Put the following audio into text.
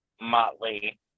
motley